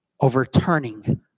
overturning